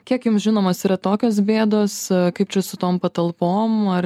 kiek jum žinomos yra tokios bėdos kaip čia su tom patalpom ar